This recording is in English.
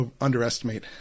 underestimate